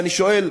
ואני שואל,